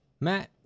Matt